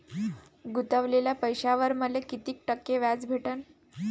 गुतवलेल्या पैशावर मले कितीक टक्के व्याज भेटन?